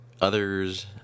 others